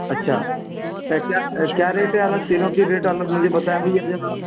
अच्छा क्या क्या क्या रेट है अगर तीनों का रेट आप लोग मुझे बताएँ भैया ज़रा